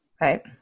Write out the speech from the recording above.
Right